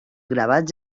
gravats